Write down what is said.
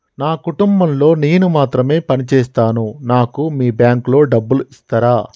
నా కుటుంబం లో నేను మాత్రమే పని చేస్తాను నాకు మీ బ్యాంకు లో డబ్బులు ఇస్తరా?